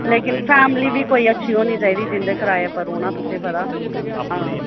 लेकिन फैमिली बी कोई अच्छी होनी चाहिदी जिंदे कराए उप्पर रौह्ना तुसें पता हां